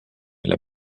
mille